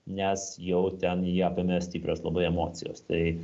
nes jau ten jį apėmė stiprios labai emocijos tai